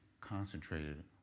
concentrated